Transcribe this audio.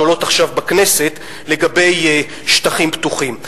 שעולות עכשיו בכנסת לגבי שטחים פתוחים.